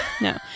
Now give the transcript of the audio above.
No